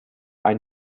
ein